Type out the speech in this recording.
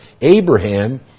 Abraham